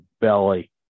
belly